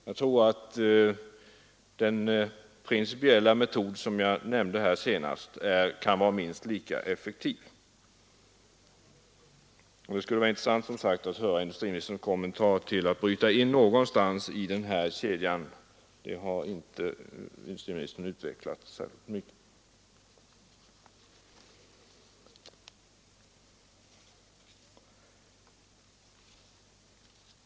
Jag tror att den principiella metod som jag här nämnt kan vara lika effektiv. Och det skulle som sagt vara intressant att höra industriministerns kommentar till den tanken. Den saken har industriministern inte utvecklat särskilt mycket.